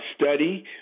study